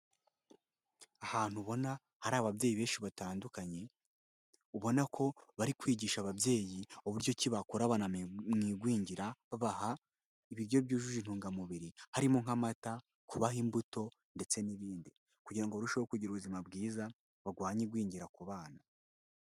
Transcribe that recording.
Ahantu ubona hari ababyeyi benshi batandukanye, ubona ko bari kwigisha ababyeyi uburyo ki bakora abana mu igwingira babaha ibiryo byujuje intungamubiri, harimo nk'amata kubaha imbuto ndetse n'ibindi. Kugira ngo barusheho kugira ubuzima bwiza bagwanye igwingira ku bana.